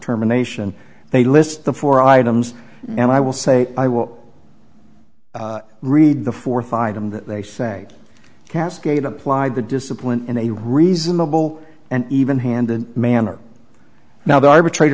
terminations they list the four items and i will say i will read the fourth item that they say cascade applied the discipline in a reasonable and even handed manner now the arbitra